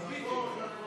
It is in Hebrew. מי בעד?